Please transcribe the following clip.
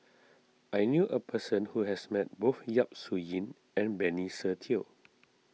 I knew a person who has met both Yap Su Yin and Benny Se Teo